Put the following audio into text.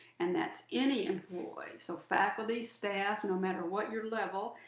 and that's any employee, so faculty, staff, no matter what your level.